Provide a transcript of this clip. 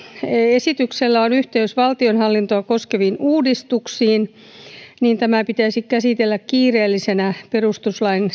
esityksellä on yhteys valtionhallintoa koskeviin uudistuksiin niin tämä pitäisi käsitellä kiireellisenä perustuslain